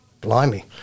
blimey